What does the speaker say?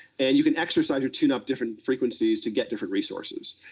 and you can exercise or tune up different frequencies to get different resources.